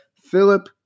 Philip